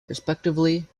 respectively